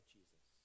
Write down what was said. Jesus